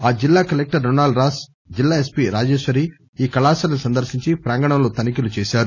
ఆ జిల్లా collector Ronald Ross జిల్లా ఎస్పీ రాజేశ్వరి ఈ కళాశాలను సందర్నించి ప్రాంగణంలో తనిఖీలు చేశారు